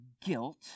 guilt